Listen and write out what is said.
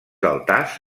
altars